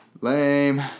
Lame